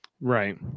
Right